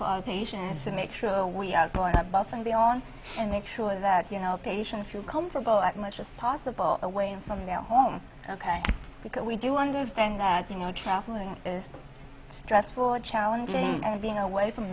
for patients to make sure we outlined above and beyond and make sure that you know patients feel comfortable as much as possible away from now home ok because we do understand that you know traveling is stressful and challenging and being away from